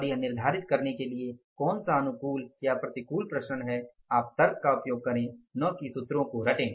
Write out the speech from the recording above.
और यह निर्धारित करने के लिए कि कौन सा अनुकूल या प्रतिकूल विचरण है आप तर्क का उपयोग करे न की सूत्र को रटे